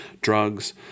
drugs